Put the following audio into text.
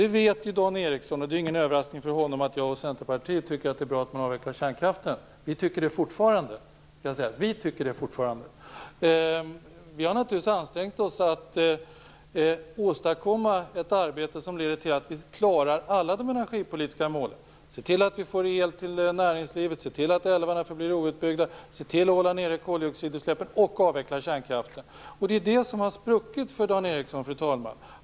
Det vet Dan Ericsson, och det är ingen överraskning för honom att jag och Centerpartiet tycker att det är bra att man avvecklar kärnkraften. Det tycker vi fortfarande. Vi har naturligtvis ansträngt oss att åstadkomma ett arbete som leder till att vi uppnår alla de energipolitiska målen: att se till att näringslivet får el, att se till att älvarna förblir outbyggda, att se till att hålla nere koldioxidutsläppen och att se till att avveckla kärnkraften. Det är det här som har spruckit för Dan Ericsson, fru talman.